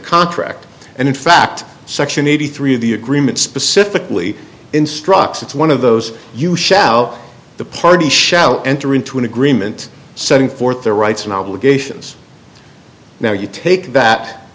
contract and in fact section eighty three of the agreement specifically instructs it's one of those you shall the party shall enter into an agreement setting forth their rights and obligations now you take that